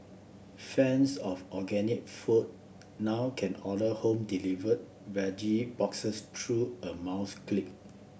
fans of organic food now can order home delivered veggie boxes through a mouse click